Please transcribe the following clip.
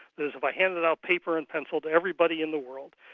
is if i handed out paper and pencil to everybody in the world,